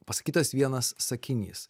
pasakytas vienas sakinys